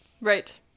Right